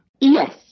Yes